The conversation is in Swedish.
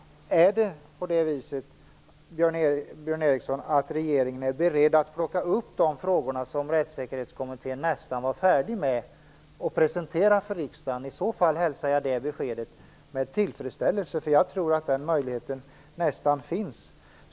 Är det så, Björn Ericson, att regeringen är beredd att ta upp de frågor som Rättssäkerhetskommittén nästan var färdig att presentera för riksdagen? I så fall hälsar jag det beskedet med tillfredsställelse. Jag tror nästan att den möjligheten finns.